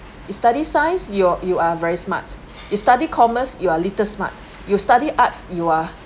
you study science you're you are very smart you study commerce you're a little smart you study arts you are